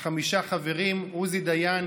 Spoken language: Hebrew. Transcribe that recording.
חמישה חברים: עוזי דיין,